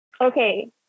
Okay